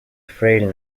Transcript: frail